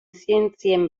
zientzien